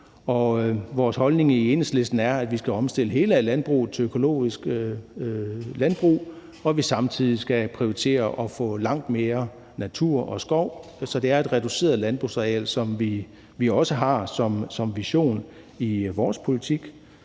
vores holdning i Enhedslisten er, at vi skal omstille hele landbruget til økologisk landbrug, og at vi samtidig skal prioritere at få langt mere natur og skov. Så det er et reduceret landbrugsareal, som vi også har som vision i vores politik.